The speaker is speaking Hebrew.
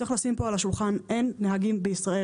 צריך לשים פה על השולחן, אין נהגים בישראל.